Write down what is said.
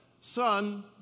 Son